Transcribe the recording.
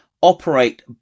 operate